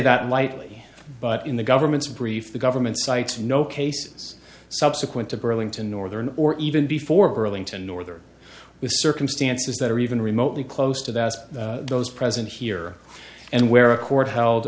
that lightly but in the government's brief the government cites no cases subsequent to burlington northern or even before burlington northern was circumstances that are even remotely close to that those present here and where a court held